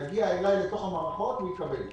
כשזה יגיע אלי לתוך המערכות הוא יקבל.